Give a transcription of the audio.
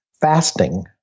fasting